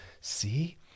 See